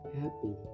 happy